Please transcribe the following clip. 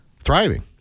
thriving